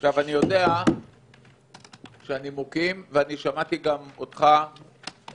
אני יודע שהנימוקים ואני שמעתי אותך קודם